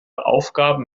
aufgaben